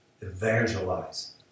evangelize